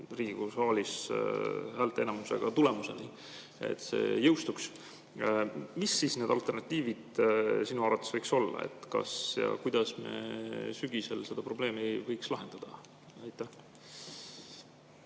saalis häälteenamusega tulemuseni, et see jõustuks, mis siis need alternatiivid sinu arvates võiks olla? Kuidas me sügisel seda probleemi võiks lahendada? Aitäh!